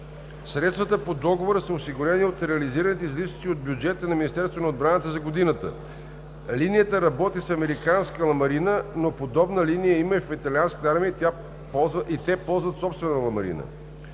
Средствата по договора са осигурени от реализираните излишъци от бюджета на Министерството на отбраната за годината. Линията работи с американска ламарина, но подобна линия има и в италианската армия и те ползват собствена ламарина.